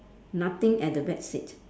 nothing at the back seat